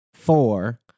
Four